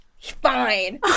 fine